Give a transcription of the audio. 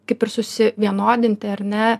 kaip ir susivienodinti ar ne